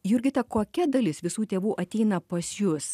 jurgita kokia dalis visų tėvų ateina pas jus